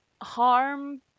Harm